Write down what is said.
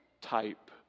type